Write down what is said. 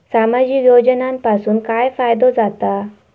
सामाजिक योजनांपासून काय फायदो जाता?